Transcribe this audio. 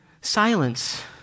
silence